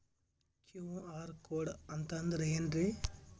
QR code ಅಂತಂದ್ರ ಏನ್ರೀ?